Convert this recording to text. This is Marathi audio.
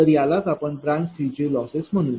तर यालाच आपण ब्रांच 3 चे लॉसेस म्हणूया